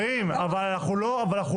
מה זה?